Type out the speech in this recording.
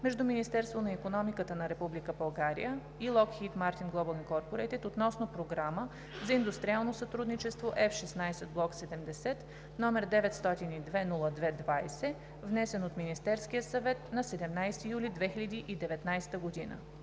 между Министерство на икономиката на Република България и Lockheed Martin Global INC относно програма за индустриално сътрудничество F-16 блок 70, № 902 02 20, внесен от Министерския съвет на 17 юли 2019 г.“